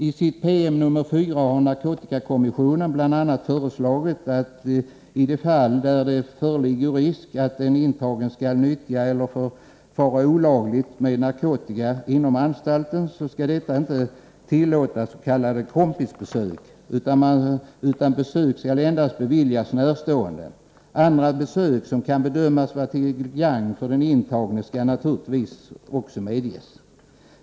I sin PM nr 4 har narkotikakommissionen bl.a. föreslagit att i de fall där det föreligger risk att en intagen skall nyttja eller förfara olagligt med narkotika inom anstalten skall man inte tillåta s.k. kompisbesök, utan besök skall endast beviljas närstående. Andra besök som kan bedömas vara till gagn för den intagne skall naturligtvis också medges.